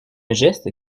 geste